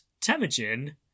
Temujin